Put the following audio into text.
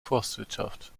forstwirtschaft